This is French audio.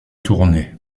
tournées